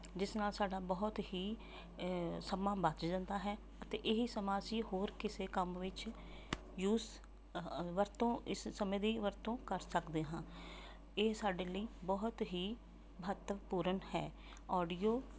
ਜਿਸ ਨਾਲ ਸਾਡਾ ਬਹੁਤ ਹੀ ਸਮਾਂ ਬਚ ਜਾਂਦਾ ਹੈ ਅਤੇ ਇਹੀ ਸਮਾਂ ਅਸੀਂ ਹੋਰ ਕਿਸੇ ਕੰਮ ਵਿੱਚ ਯੂਸ ਵਰਤੋਂ ਇਸ ਸਮੇਂ ਦੀ ਵਰਤੋਂ ਕਰ ਸਕਦੇ ਹਾਂ ਇਹ ਸਾਡੇ ਲਈ ਬਹੁਤ ਹੀ ਮਹੱਤਵਪੂਰਨ ਹੈ ਔਡੀਓ